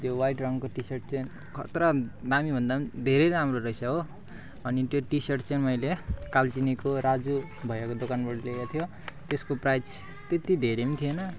त्यो वाइट रङको टिसर्ट चाहिँ खत्रा दामीभन्दा पनि धेरै राम्रो रहेछ हो अनि त्यो टिसर्ट चाहिँ मैले कालचिनीको राजु भैयाको दोकानबाट लिएको थियो त्यसको प्राइज त्यति धेरै पनि थिएन